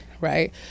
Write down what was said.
right